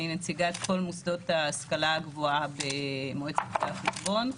אני נציגת כל מוסדות ההשכלה הגבוהה במועצת רואי-החשבון.